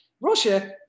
Russia